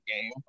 game